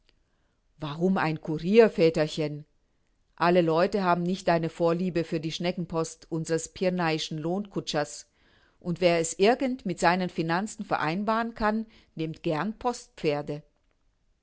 warum ein courier väterchen alle leute haben nicht deine vorliebe für die schneckenpost unseres pirnaischen lohnkutschers und wer es irgend mit seinen finanzen vereinbaren kann nimmt gern postpferde